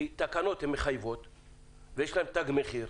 כי תקנות הן דבר מחייב ויש להן תג מחיר.